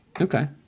Okay